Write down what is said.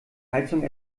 heizung